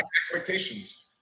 Expectations